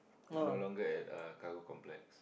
and no longer at uh cargo complex